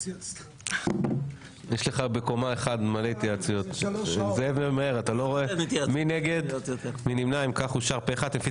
הצבעה בעד, רוב אושר פה אחד אם כך, אושר פה אחד.